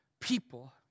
people